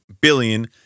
billion